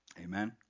Amen